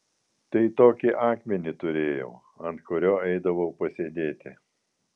tai tokį akmenį turėjau ant kurio eidavau pasėdėti